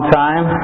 time